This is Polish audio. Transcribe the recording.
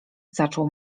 zaczął